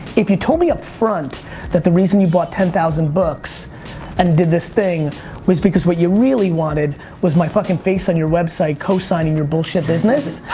if you told me upfront that the reason you bought ten thousand books and did this thing was because what you really wanted was my fuckin' face on your website co-signing your bullshit business,